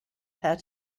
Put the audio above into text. how